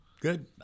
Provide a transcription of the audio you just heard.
Good